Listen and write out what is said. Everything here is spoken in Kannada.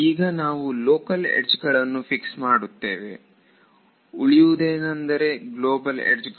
ಈಗ ನಾವು ಲೋಕಲ್ ಯಡ್ಜ್ ಗಳನ್ನು ಫಿಕ್ಸ್ ಮಾಡುತ್ತೇವೆ ಉಳಿಯುವುದೆಂದರೆ ಗ್ಲೋಬಲ್ ಯಡ್ಜ್ಗಳು